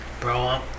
Bro